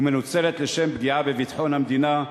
והיא מנוצלת לשם פגיעה בביטחון המדינה,